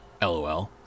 LOL